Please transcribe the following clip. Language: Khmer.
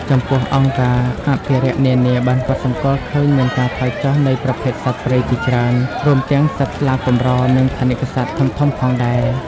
ចំពោះ អង្គការអភិរក្សនានាបានកត់សម្គាល់ឃើញមានការថយចុះនៃប្រភេទសត្វព្រៃជាច្រើន រួមទាំងសត្វស្លាបកម្រ និងថនិកសត្វធំៗផងដែរ។